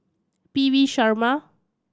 P V Sharma